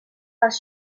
als